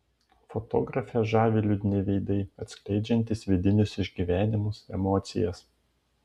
fotografę žavi liūdni veidai atskleidžiantys vidinius išgyvenimus emocijas